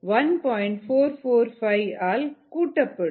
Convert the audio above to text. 445 ஆல் கூட்டப்படும்